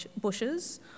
bushes